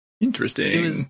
Interesting